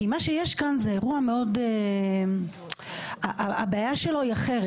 כי מה שיש כאן זה אירוע שהבעיה שלו היא אחרת.